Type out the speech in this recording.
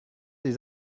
des